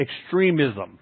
extremism